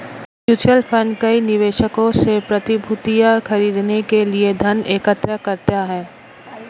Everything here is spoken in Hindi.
म्यूचुअल फंड कई निवेशकों से प्रतिभूतियां खरीदने के लिए धन एकत्र करता है